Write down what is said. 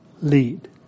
lead